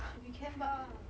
should be can bah